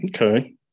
Okay